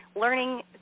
learning